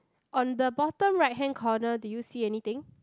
on the bottom right hand corner do you see anything